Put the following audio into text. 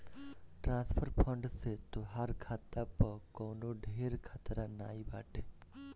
transfer fund से तोहार खाता पअ कवनो ढेर खतरा नाइ बाटे